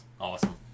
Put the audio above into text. Awesome